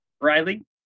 Riley